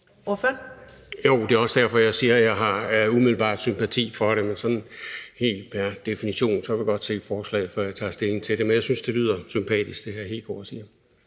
det er også derfor, jeg siger, at jeg umiddelbart har sympati for det, men at jeg sådan helt pr. definition godt vil se forslaget, før jeg tager stilling til det. Men jeg synes, at det, hr. Kristian Hegaard siger,